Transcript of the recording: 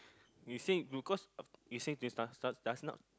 you say you cause you say just just just now